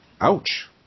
Ouch